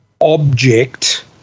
object